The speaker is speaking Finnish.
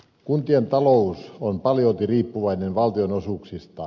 kuntien talous on paljolti riippuvainen valtionosuuksista